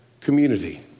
community